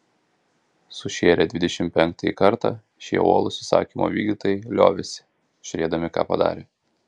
sušėrę dvidešimt penktąjį kartą šie uolūs įsakymo vykdytojai liovėsi žiūrėdami ką padarę